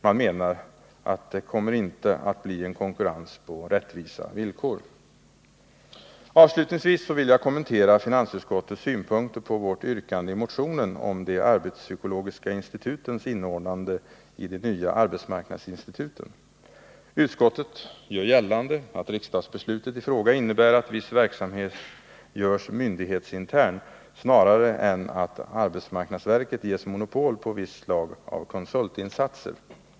Man menar att det inte kommer att bli en konkurrens på rättvisa villkor. Avslutningsvis vill jag kommentera finansutskottets synpunkter på vårt yrkande i motionen om de arbetspsykologiska institutens inordnande i de nya arbetsmarknadsinstituten. Utskottet gör gällande att riksdagsbeslutet i fråga innebär att viss verksamhet görs myndighetsinternt snarare än att arbetsmarknadsverket ges monopol på visst slag av konsultinsatser.